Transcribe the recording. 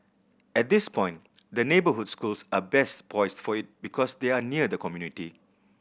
at this point the neighbourhood schools are best poised for it because they are near the community